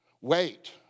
wait